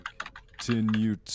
continue